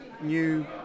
new